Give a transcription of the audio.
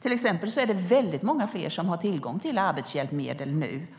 Till exempel är det enligt